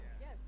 Yes